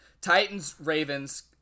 Titans-Ravens